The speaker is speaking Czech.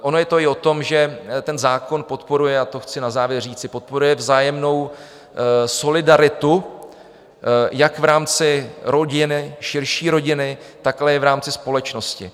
Ono je to i tom, že ten zákon podporuje a to chci na závěr říci, podporuje vzájemnou solidaritu jak v rámci rodin, širší rodiny, tak ale i v rámci společnosti.